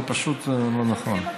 זה פשוט לא נכון.